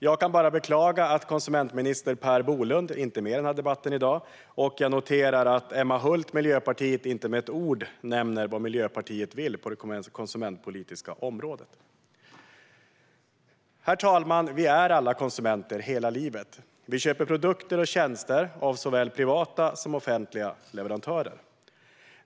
Jag kan bara beklaga att konsumentminister Per Bolund inte är med i debatten i dag, och jag noterar att Emma Hult inte med ett ord nämner vad Miljöpartiet vill på det konsumentpolitiska området. Herr talman! Vi är alla konsumenter - hela livet. Vi köper produkter och tjänster av såväl privata som offentliga leverantörer.